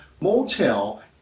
motel